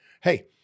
hey